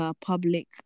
public